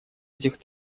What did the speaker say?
этих